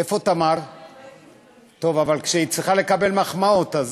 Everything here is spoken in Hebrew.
איפה תמר כשהיא צריכה לקבל מחמאות,